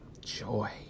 Joy